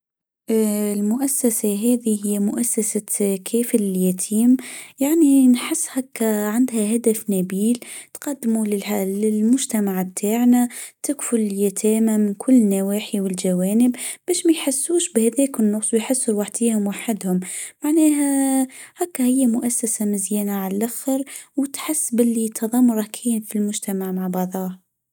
المؤسسه هذه هي مؤسسة كافل اليتيم. يعني نحس هكا عندها هدف نبيل تقدموا لل- للمجتمع بتاعنا تكفل اليتيمى من كل نواحي والجوانب باش ما يحسوش بهذاك النجص ويحسوا لوحديهم وحدهم. معناه هكا هي مؤسسه مزيانه علي اخر وتحس باللي تضمره كين في المجتمع مع بعضها.